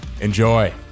Enjoy